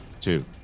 two